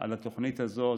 על התוכנית הזאת.